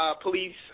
Police